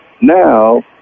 Now